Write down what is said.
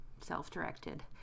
self-directed